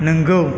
नंगौ